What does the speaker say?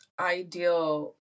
ideal